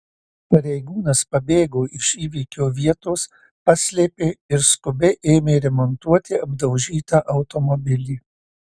pareigūnas pabėgo iš įvykio vietos paslėpė ir skubiai ėmė remontuoti apdaužytą automobilį